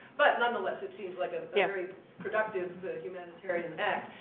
but nonetheless it seems like a very productive humanitarian act.